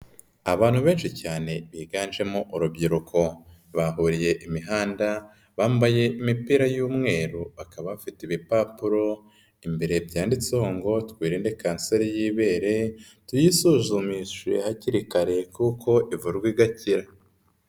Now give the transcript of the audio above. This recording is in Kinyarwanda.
Abantu benshi cyane biganjemo urubyiruko, bahuriye imihanda, bambaye imipira y'umweru bakaba afite ibipapuro, imbere byanditseho ngo twerinde kanseri y'ibere tuyisuzumishe hakiri kare kuko ivurwa igakira.